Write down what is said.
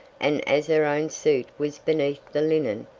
and as her own suit was beneath the linen,